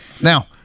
Now